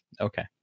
okay